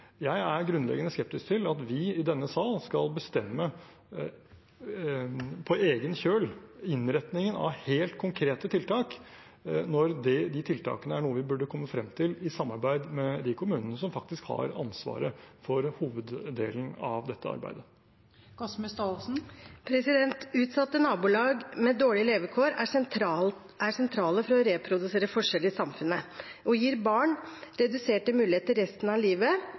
Jeg er grunnleggende skeptisk til at vi i denne sal skal bestemme, på egen kjøl, innretningen av helt konkrete tiltak, når de tiltakene er noe vi burde komme frem til i samarbeid med de kommunene som faktisk har ansvaret for hoveddelen av dette arbeidet. Utsatte nabolag med dårlige levekår er sentrale i å reprodusere forskjeller i samfunnet og gir barn reduserte muligheter resten av livet